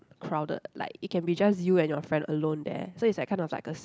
crowded like it can be just you and your friend alone there so it's like kind of like a